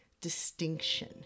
distinction